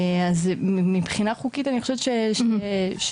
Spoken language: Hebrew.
אז מבחינה חוקית אני חושבת שאין,